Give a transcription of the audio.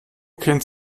kennt